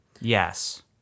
Yes